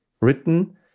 written